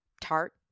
tart